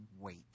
wait